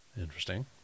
Interesting